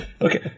okay